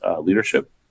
leadership